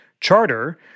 charter